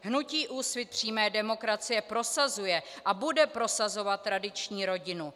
Hnutí Úsvit přímé demokracie prosazuje a bude prosazovat tradiční rodinu.